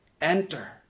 enter